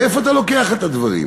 מאיפה אתה לוקח את הדברים?